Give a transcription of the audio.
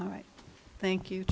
all right thank you